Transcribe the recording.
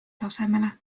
tasemele